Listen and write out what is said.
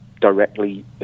directly